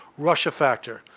RussiaFactor